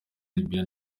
libya